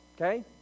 Okay